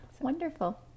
wonderful